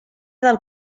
del